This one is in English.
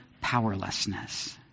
powerlessness